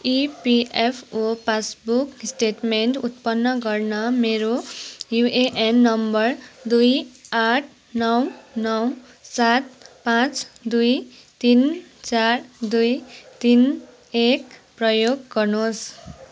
EPFO passbook statement उत्पन्न गर्न मेरो युएएन नम्बर दुई आठ नौ नौ सात पाँच दुई तिन चार दुई तिन एक प्रयोग गर्नुहोस्